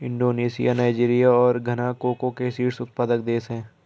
Indonesia Nigeria और Ghana cocoa के शीर्ष उत्पादक देश हैं